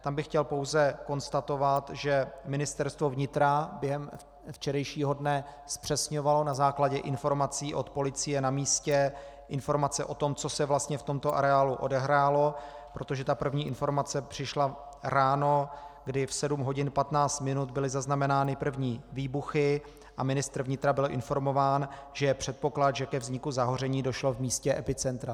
Tam bych chtěl pouze konstatovat, že Ministerstvo vnitra během včerejšího dne zpřesňovalo na základě informací od policie na místě informace o tom, co se vlastně v tomto areálu odehrálo, protože první informace přišla ráno, kdy v 7.15 byly zaznamenány první výbuchy a ministr vnitra byl informován, že je předpoklad, že ke vzniku zahoření došlo v místě epicentra.